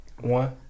One